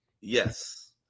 Yes